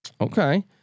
Okay